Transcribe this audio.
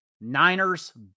Niners